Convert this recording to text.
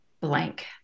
blank